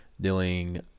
dealing